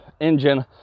engine